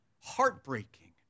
heartbreaking